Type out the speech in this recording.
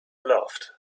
aloft